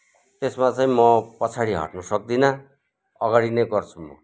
त्यसमा चाहिँ म पछाडि हट्नु सक्दिन अगाडि नै गर्छु म